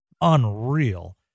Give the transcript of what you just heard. unreal